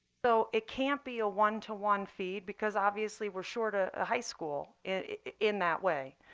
so it can't be a one to one feed because obviously we're short ah a high school in that way.